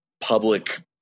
public